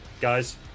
guys